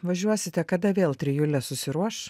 važiuosite kada vėl trijulė susiruoš